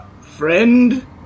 Friend